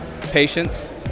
patience